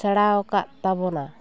ᱥᱮᱬᱟᱣ ᱟᱠᱟᱫ ᱛᱟᱵᱚᱱᱟ